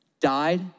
died